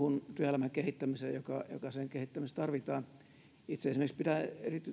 yhteydestä muuhun työelämän kehittämiseen joka joka sen kehittämisessä tarvitaan itse esimerkiksi pidän